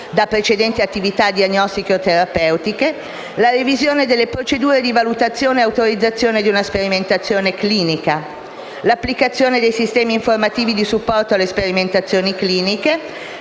Inoltre, gli stessi principi e criteri prevedono: la revisione delle procedure di valutazione e di autorizzazione di una sperimentazione clinica; l'applicazione dei sistemi informativi di supporto alle sperimentazioni cliniche;